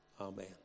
Amen